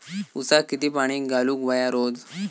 ऊसाक किती पाणी घालूक व्हया रोज?